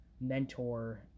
mentor